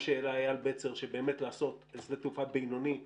מה שהעלה איל בצר שבאמת לעשות שדות תעופה בינוני בחיפה.